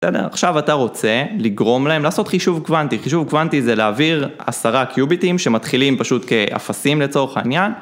אתה יודע, עכשיו אתה רוצה לגרום להם לעשות חישוב קוונטי חישוב קוונטי זה להעביר עשרה קיוביטים שמתחילים פשוט כאפסים לצורך העניין